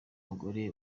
mugore